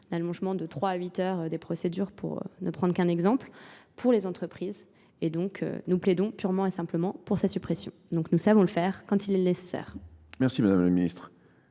d'allongement de trois à huit heures des procédures, pour ne prendre qu'un exemple, pour les entreprises. Et donc nous plaidons purement et simplement pour sa suppression. Donc nous savons le faire quand il est nécessaire. Merci Madame la Ministre.